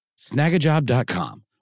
Snagajob.com